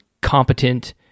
competent